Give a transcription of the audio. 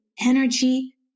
energy